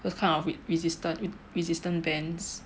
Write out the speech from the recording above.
those kind of re~ resistant resistance bands